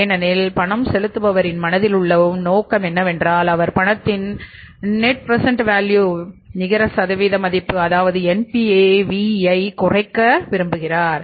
ஏனெனில் பணம் செலுத்துபவரின் மனதில் உள்ள நோக்கம் என்னவென்றால் அவர் பணத்தின் நெட் ப்ரசென்ட வேல்யூ குறைக்க விரும்புகிறார்